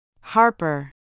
Harper